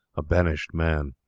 a banished man.